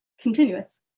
continuous